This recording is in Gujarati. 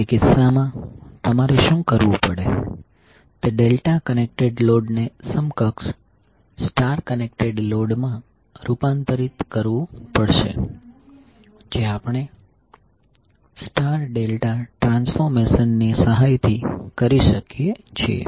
તે કિસ્સામાં તમારે શું કરવું પડે તે ડેલ્ટા કનેક્ટેડ લોડને સમકક્ષ સ્ટાર કનેક્ટેડ લોડમાં રૂપાંતરિત કરવું પડશે જે આપણે સ્ટાર ડેલ્ટા ટ્રાન્સફોર્મેશન ની સહાયથી કરી શકીએ છીએ